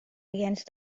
against